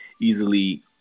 easily